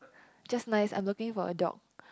just nice I'm looking for a dog